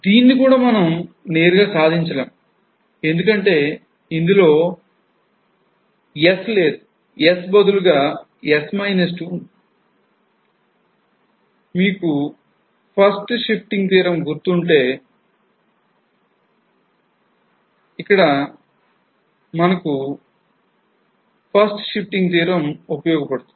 దీనిని కూడా మనం నేరుగా సాధించలేము ఎందుకంటే ఇందులో 's' బదులుగా 's 2' ఉంది